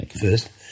first